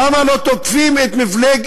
למה לא תוקפים את המפלגות